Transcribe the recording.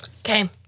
Okay